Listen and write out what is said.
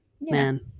Man